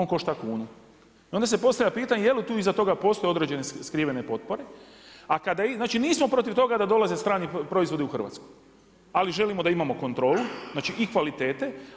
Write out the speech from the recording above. I onda se postavlja pitanje je li tu iza toga postoje određene skrivene potpore, a kada, znači nismo protiv toga da dolaze strani proizvodi u Hrvatsku ali želimo da imamo kontrolu, znači i kvalitete.